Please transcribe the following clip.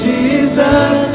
Jesus